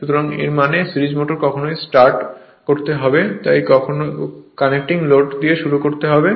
সুতরাং এর মানে সিরিজ মোটর যখনই স্টার্ট করতে হবে তখনই কানেকটিং লোড দিয়ে শুরু করতে হবে